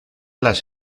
las